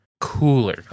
cooler